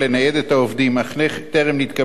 אך טרם נתקבלה תשובה בעניינו,